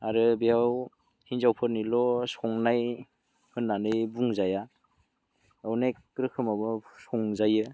आरो बेयाव हिनजावफोरनिल' संनाय होननानै बुंजाया अनेख रोखोमावबो संजायो